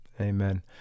Amen